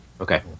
Okay